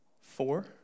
Four